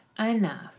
Enough